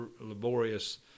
laborious